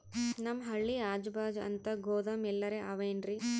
ನಮ್ ಹಳ್ಳಿ ಅಜುಬಾಜು ಅಂತ ಗೋದಾಮ ಎಲ್ಲರೆ ಅವೇನ್ರಿ?